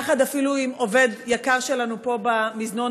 יחד אפילו עם עובד יקר שלנו פה במזנון,